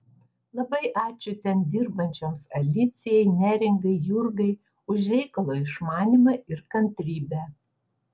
labai ačiū ten dirbančioms alicijai neringai jurgai už reikalo išmanymą ir kantrybę